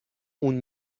اون